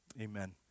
amen